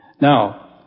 Now